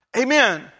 Amen